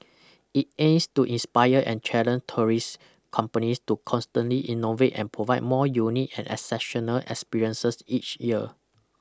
it aims to inspire and challenge tourist companies to constantly innovate and provide more unique and exceptional experiences each year